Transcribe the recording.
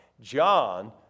John